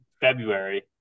February